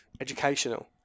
educational